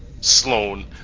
Sloane